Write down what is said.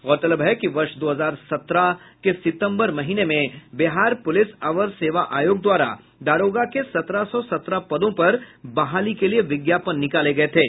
गौरतलब है कि वर्ष दो हजार सत्रह में सितम्बर महीने में बिहार पुलिस अवर सेवा आयोग द्वारा दारोगा के सत्रह सौ सत्रह पदों पर बहाली के लिए विज्ञापन निकाले गये थे